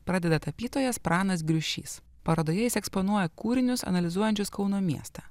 pradeda tapytojas pranas griušys parodoje jis eksponuoja kūrinius analizuojančius kauno miestą